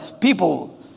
People